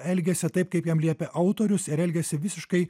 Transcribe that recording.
elgiasi taip kaip jam liepia autorius ir elgiasi visiškai